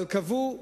קבעו שנה,